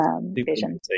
vision